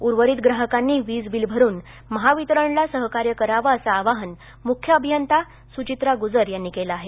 उर्वरित ग्राहकांनी वीज बिल भरून महावितरणला सहकार्य करावं असं आवाहन मुख्य अभियंता सुचित्रा गुजर यांनी केलं आहे